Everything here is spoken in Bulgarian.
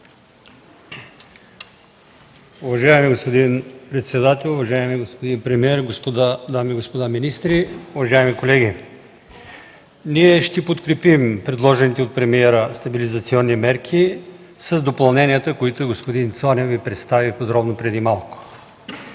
Уважаеми господин председател, уважаеми господин премиер, дами и господа министри, уважаеми колеги! Ние ще подкрепим предложените от премиера стабилизационни мерки с допълненията, които господин Цонев Ви представи подробно преди малко.